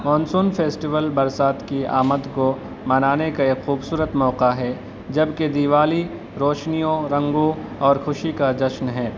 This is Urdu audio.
مانسون فیسٹیول برسات کی آمد کو منانے کا ایک خوبصورت موقع ہے جبکہ دیوالی روشنیوں رنگوں اور خوشی کا جشن ہے